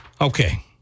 Okay